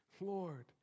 Lord